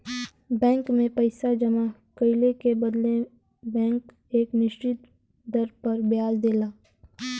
bank में पइसा जमा कइले के बदले बैंक एक निश्चित दर पर ब्याज देला